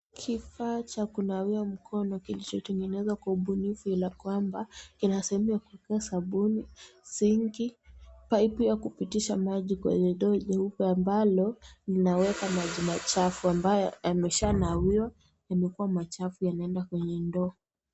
Kifaa cha kunawia mkono kilichotengenezwa kwa ubunifu la kwamba ina sehemu ya kuweka sabuni, sinki, pipu ya kupitisha maji kwenye ndoo nyeupe ambalo linaweka maji machafu ambayo yameshanawiwa na imekuwa machafu yanaenda kwenye ndoo.